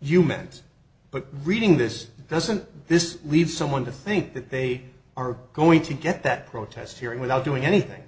you meant but reading this doesn't this lead someone to think that they are going to get that protest hearing without doing anything